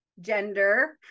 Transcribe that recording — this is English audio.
gender